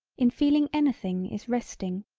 in feeling anything is resting,